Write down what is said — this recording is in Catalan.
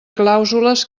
clàusules